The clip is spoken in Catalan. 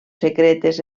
secretes